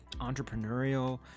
entrepreneurial